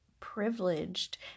privileged